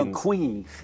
queen